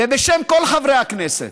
ובשם כל חברי הכנסת.